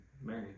Mary